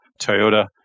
Toyota